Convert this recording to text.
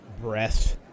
breath